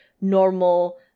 normal